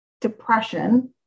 depression